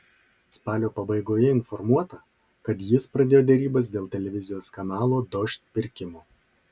spalio pabaigoje informuota kad jis pradėjo derybas dėl televizijos kanalo dožd pirkimo